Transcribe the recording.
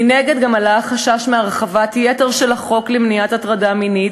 מנגד גם עלה החשש מהרחבת-יתר של החוק למניעת הטרדה מינית,